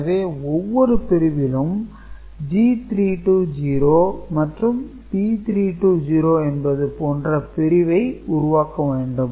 எனவே ஒவ்வொரு பிரிவிலும் G3 0 மற்றும் P3 0 என்பது போன்ற பிரிவை உருவாக்க வேண்டும்